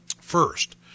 First